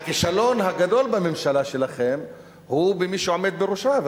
הכישלון הגדול בממשלה שלכם הוא במי שעומד בראשה,